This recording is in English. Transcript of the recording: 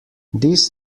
this